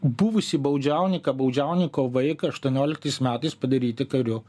buvusį baudžiauninką baudžiauninko vaiką aštuonioliktais metais padaryti kariu